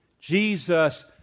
Jesus